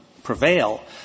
prevail